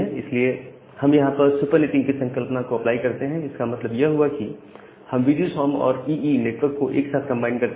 इसलिए हम यहां पर सुपरनेटिंग की संकल्पना को अप्लाई करते हैं इसका मतलब यह हुआ कि हम V G S O M और ईई नेटवर्क को एक साथ कंबाइन करते हैं